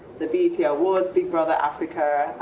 the bet yeah awards, big brother africa,